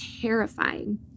terrifying